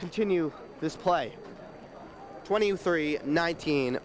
continue this play twenty three nineteen